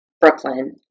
Brooklyn